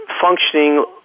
functioning